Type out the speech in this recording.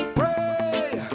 pray